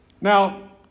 Now